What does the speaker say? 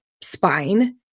spine